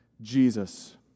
Jesus